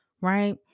right